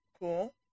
cool